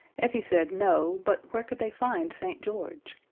effie said no, but where could they find st. george?